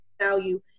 value